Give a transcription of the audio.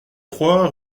trois